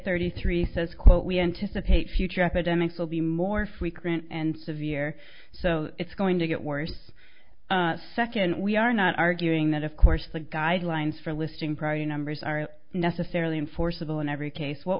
thirty three says quote we anticipate future epidemics will be more frequent and severe so it's going to get worse second we are not arguing that of course the guidelines for listing prior numbers are necessarily enforceable in every case what